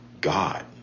God